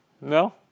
No